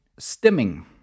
stimming